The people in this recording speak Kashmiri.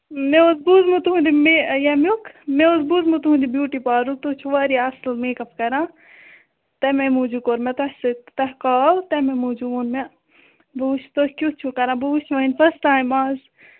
مےٚ اوس بوٗزمُت تُہٕنٛدِ مےٚ ییٚمیُک مےٚ اوس بوٗزمُت تُہٕنٛدِ بیٛوٗٹی پالرُک تُہۍ چھُو واریاہ اَصٕل میک اَپ کَران تَمے موٗجوٗب کوٚر مےٚ تۅہہِ سۭتۍ تۅہہِ کَال تَمے موٗجوٗب ووٚن مےٚ بہٕ وُچھٕ تُہۍ کٮُ۪تھ چھِو کران بہٕ وُچھٕ وۅنۍ فٔسٹ ٹایِم اَز